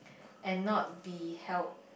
and not be held